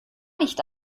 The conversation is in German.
nicht